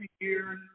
years